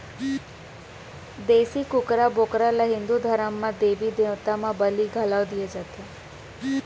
देसी कुकरा, बोकरा ल हिंदू धरम म देबी देवता म बली घलौ दिये जाथे